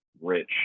rich